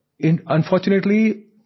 Unfortunately